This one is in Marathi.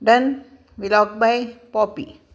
डन विलॉकबाई पॉपी